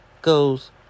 goes